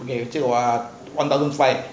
okay one thousand five